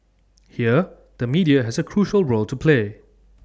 here the media has A crucial role to play